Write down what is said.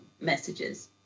messages